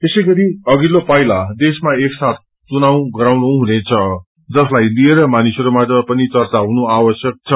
यसैगरी अघिल्लो पाइला देशमा एक साथ चुनाव गराउनु हुनेछ जसलाइ लिएर मानिसहरूमाझ पनि चच्च हुनु आवश्यक छ